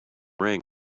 rang